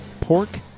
Pork